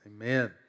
amen